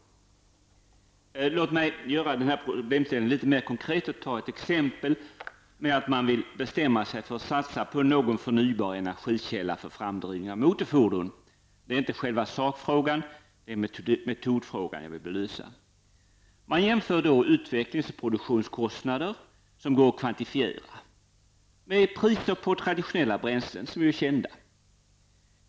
Låt mig för att göra problemställningen litet mera konkret ta exemplet att man vill bestämma sig för att satsa på någon förnybar energikälla för framdrivning av motorfordon, och då är det inte själva sakfrågan utan metodfrågan jag vill belysa. Man jämför utvecklings och produktionskostnader, som går att kvantifiera med priser på traditionella bränslen, som ju är kända.